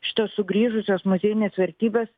šitos sugrįžusios muziejinės vertybės